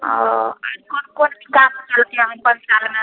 आ आओर कोन कोन विकास केलकैया पाॅंच सालमे